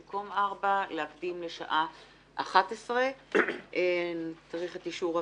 במקום 16:00 להקדים לשעה 11:00. צריך את אישור הוועדה.